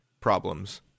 problems